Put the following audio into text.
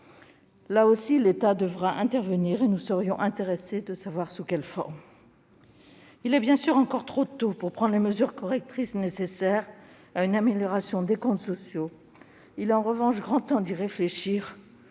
Là aussi, l'État devra intervenir et nous serions curieux de savoir sous quelle forme. Bien sûr, il est encore trop tôt pour prendre les mesures correctrices nécessaires à une amélioration des comptes sociaux. En revanche, il est grand temps d'y réfléchir